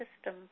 system